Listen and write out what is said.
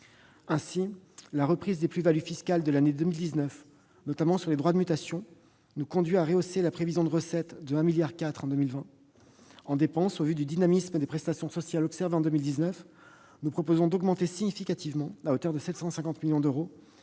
2019. La reprise des plus-values fiscales de l'année 2019, notamment sur les droits de mutation, nous conduit à rehausser la prévision de recettes de 1,4 milliard d'euros en 2020. Pour ce qui concerne les dépenses, au vu du dynamisme des prestations sociales observé en 2019, nous proposons d'augmenter significativement, à hauteur de 750 millions d'euros,